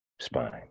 spine